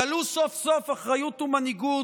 גלו סוף-סוף אחריות ומנהיגות,